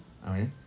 ah okay